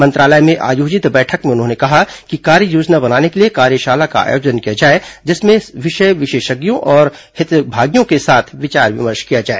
मंत्रालय में आयोजित बैठक में उन्होंने कहा कि कार्ययोजना बनाने के लिए कार्यशाला का आयोजन किया जाए जिसमें विषय विशेषज्ञों और हितभागियों के साथ विचार विमर्श किया जाए